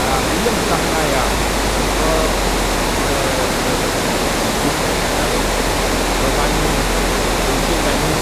Á iya̱mkang nnà yà va̱ ɓu ka̱ ntəm mbin atarok va̱ mma yi wa izhé iga ayin